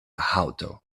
haŭto